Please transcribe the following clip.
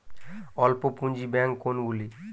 অল্প পুঁজি ব্যাঙ্ক কোনগুলি?